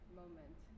moment